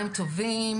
צהריים טובים